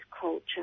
culture